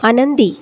आनंदी